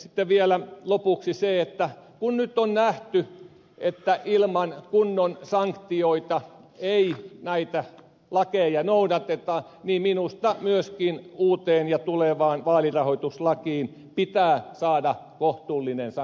sitten vielä lopuksi se että kun nyt on nähty että ilman kunnon sanktioita ei näitä lakeja noudateta minusta myöskin uuteen ja tulevaan vaalirahoituslakiin pitää saada kohtuullinen sanktio